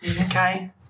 Okay